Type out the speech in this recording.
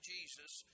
Jesus